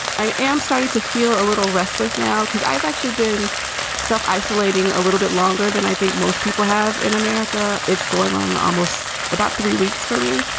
i am starting to feel a little restless now because i've actually been self isolating a little bit longer than i think most people have in america. it's going on almost about three weeks for me.